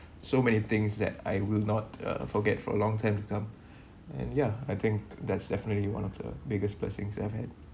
so many things that I will not uh forget for a long time to come and ya I think that's definitely one of the biggest blessings thing that I’ve had